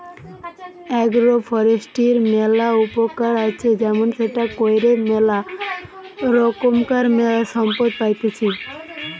agro ফরেষ্ট্রীর ম্যালা উপকার আছে যেমন সেটা কইরে ম্যালা রোকমকার সম্পদ পাইতেছি